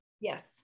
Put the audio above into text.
Yes